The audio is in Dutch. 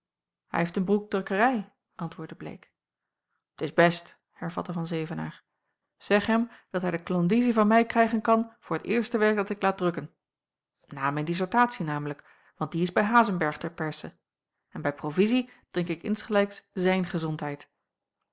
hij heeft een boekdrukkerij antwoordde bleek t is best hervatte van zevenaer zeg hem dat hij de klandizie van mij krijgen kan voor t eerste werk dat ik laat drukken na mijn dissertatie namelijk want die is bij hazenberg ter perse en bij provizie drink ik insgelijks zijn gezondheid